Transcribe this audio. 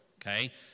okay